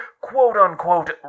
quote-unquote